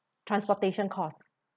transportation cost